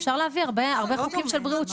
אפשר להביא הרבה חוקים של בריאות,